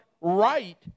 right